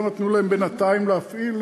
ולא נתנו להם בינתיים להפעיל,